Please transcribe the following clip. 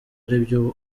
aribyo